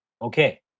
Okay